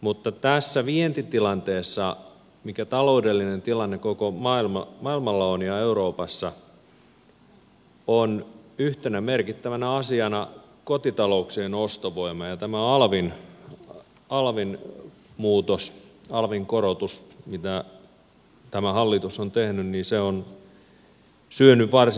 mutta tässä vientitilanteessa mikä taloudellinen tilanne koko maailmalla on ja euroopassa on yhtenä merkittävänä asiana kotitalouksien ostovoima ja tämä alvin muutos alvin korotus mitä tämä hallitus on tehnyt on syönyt varsinkin sitä